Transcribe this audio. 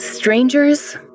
Strangers